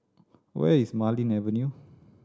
where is Marlene Avenue